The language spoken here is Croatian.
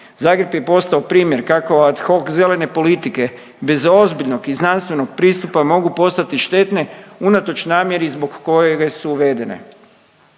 Zagreb je postao primjer kako ad hoc zelene politike bez ozbiljnog i znanstvenog pristupa mogu postati štetne unatoč namjeri zbog koje su uvedene.